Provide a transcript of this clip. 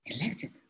elected